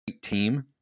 team